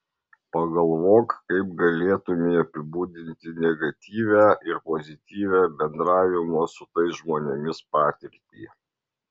pagalvok kaip galėtumei apibūdinti negatyvią ir pozityvią bendravimo su tais žmonėmis patirtį